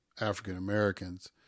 African-Americans